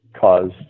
caused